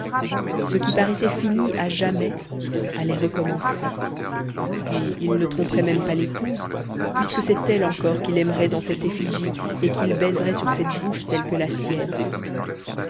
ce qui paraissait fini à jamais allait recommencer et il ne tromperait même pas l'épouse puisque c'est elle encore qu'il aimerait dans cette effigie et qu'il baiserait sur cette bouche telle que la sienne